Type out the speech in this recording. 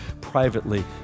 privately